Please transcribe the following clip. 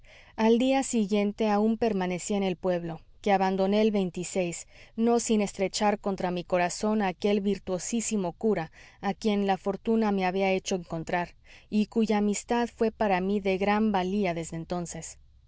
al día siguiente aun permanecí en el pueblo que abandoné el no sin estrechar contra mi corazón aquel virtuosísimo cura a quien la fortuna me había hecho encontrar y cuya amistad fué para mí de gran valía desde entonces